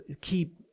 keep